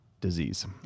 disease